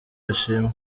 ashimwe